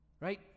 Right